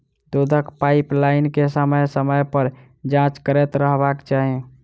दूधक पाइपलाइन के समय समय पर जाँच करैत रहबाक चाही